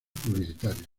publicitarios